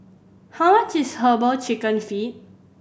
how much is Herbal Chicken Feet